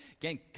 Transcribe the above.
Again